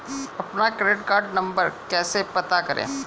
अपना credit card नंबर कैसे पता करें?